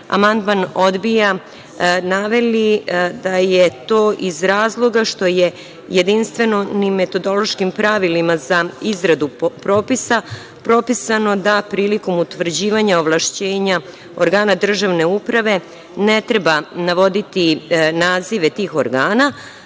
amandman odbija naveli da je to iz razloga što je jedinstvenim, metodološkim pravilima za izradu propisa, propisano da prilikom utvrđivanja ovlašćenja organa državne uprave ne treba navoditi nazive tih organa,